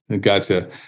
Gotcha